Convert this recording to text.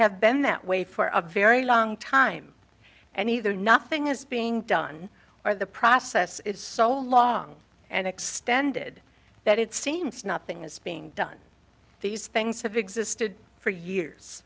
have been that way for a very long time and either nothing is being done or the process is so long and extended that it seems nothing is being done these things have existed for years